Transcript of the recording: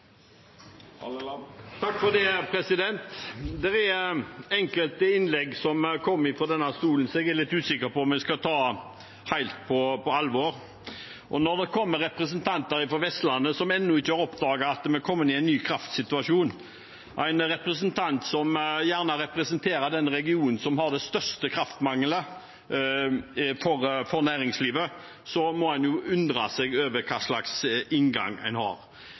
Det er enkelte innlegg som kommer fra denne talerstolen, som jeg er litt usikker på om vi skal ta helt på alvor. Når det kommer representanter fra Vestlandet som ennå ikke har oppdaget at vi er kommet i en ny kraftsituasjon, som representerer den regionen som har den største kraftmangelen for næringslivet, må en jo undre seg over hva slags inngang en har.